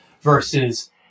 versus